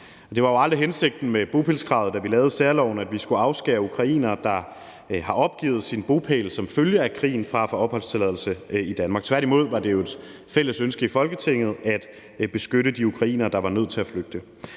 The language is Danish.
Det var jo aldrig hensigten med bopælskravet, da vi lavede særloven, at vi skulle afskære ukrainere, der har opgivet deres bopæl som følge af krigen, fra at få opholdstilladelse i Danmark. Tværtimod var det jo et fælles ønske i Folketinget at beskytte de ukrainere, der var nødt til at flygte.